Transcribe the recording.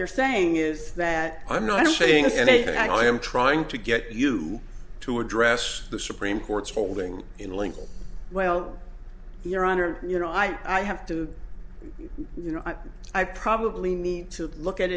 you're saying is that i'm not saying anything i am trying to get you to address the supreme court's holding in lingle well your honor you know i i have to you know i probably need to look at